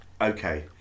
Okay